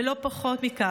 ולא פחות מכך,